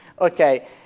Okay